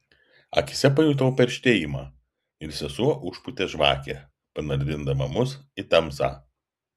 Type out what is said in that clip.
akyse pajutau perštėjimą ir sesuo užpūtė žvakę panardindama mus į tamsą